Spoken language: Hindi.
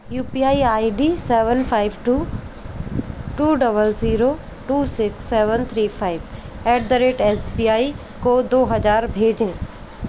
you P I ID seven five two two double zero two six seven three five eight the rate S B I को दो हज़ार भेजें